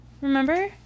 remember